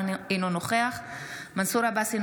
אינו נוכח מנסור עבאס,